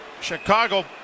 Chicago